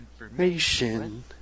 Information